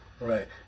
right